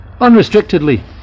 unrestrictedly